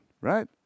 Right